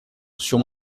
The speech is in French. sur